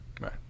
Right